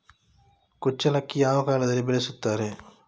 ಕುಚ್ಚಲಕ್ಕಿ ಯಾವ ಕಾಲದಲ್ಲಿ ಬೆಳೆಸುತ್ತಾರೆ?